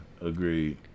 Agreed